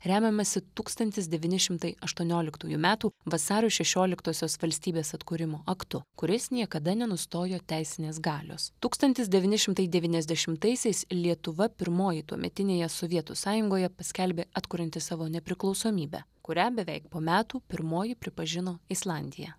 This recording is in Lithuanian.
remiamasi tūkstantis devyni šimtai aštuonioliktųjų metų vasario šešioliktosios valstybės atkūrimo aktu kuris niekada nenustojo teisinės galios tūkstantis devyni šimtai devyniasdešimtaisiais lietuva pirmoji tuometinėje sovietų sąjungoje paskelbė atkurianti savo nepriklausomybę kurią beveik po metų pirmoji pripažino islandija